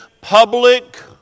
public